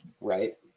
Right